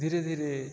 ଧୀରେ ଧୀରେ